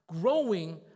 growing